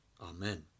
Amen